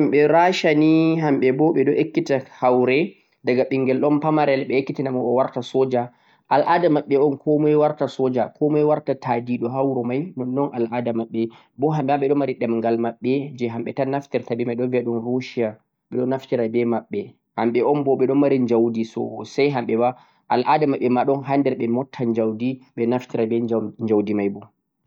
al'ada himɓe Russian ni hamɓe bo ɓe ɗo ekkita haure, daga ɓingel ɗon pamarel ɓe ekkitina mo o warta soja. Al'ada maɓɓe un komai warta soja komai warta ta'diɗo ha wuro mai, nonnon al'ada maɓɓe bo hamɓe ma ɓe ɗo mari ɗemgal maɓɓe je hamɓe tan naftirta be mai ɓe ɗo viya ɗum Russian, ɓe ɗo naftira be maɓɓe, hamɓe un bo ɓe ɗon mari njaudi sosai hamɓe ma, al'ada maɓɓe ma ɗon ɓe mutta njaudi ɓe naftira be njaudi mai bo.